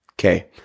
Okay